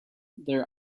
their